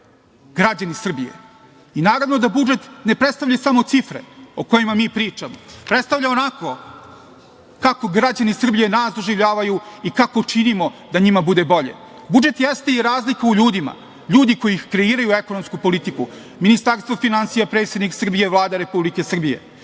građani Srbije, ne predstavlja samo cifre, o kojima mi pričamo. Predstavlja onako kako građani Srbije nas doživljavaju i kako činimo da njima bude bolje. Budžet jeste i razlika u ljudima, ljudi koji kreiraju ekonomsku politiku, Ministarstvo finansija, predsednik Srbije, Vlada Republike Srbije.